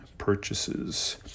purchases